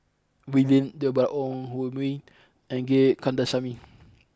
Wee Lin Deborah Ong Hui Min and Gate Kandasamy